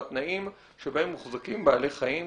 והתנאים שבהם מוחזקים בעלי חיים,